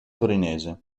torinese